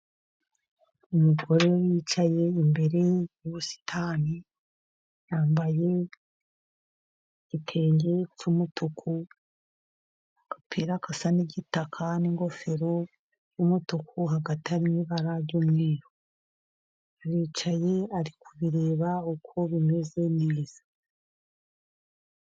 Umugore wicaye imbere y'ubusitani, yambaye igitenge cy'umuntu, agapira gasa n'igitaka, n'ingofero y'umutuku. hagati harimo ibara ry'umweru, aricaye ari kubireba uko bimeze neza.